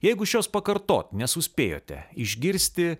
jeigu šios pakartot nesuspėjote išgirsti